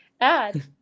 add